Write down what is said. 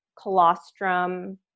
colostrum